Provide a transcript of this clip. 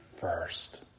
first